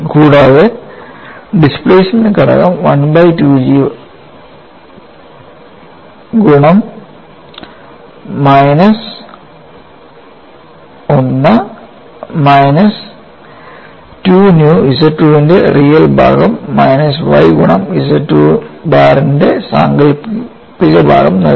കൂടാതെ ഡിസ്പ്ലേസ്മെൻറ് ഘടകം 1ബൈ 2G ഗുണം മൈനസ് 1 മൈനസ് 2 ന്യൂ ZII ന്റെ റിയൽ ഭാഗം മൈനസ് y ഗുണം ZII ബാറിന്റെ സാങ്കല്പിക ഭാഗം നൽകുന്നു